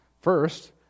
first